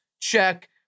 check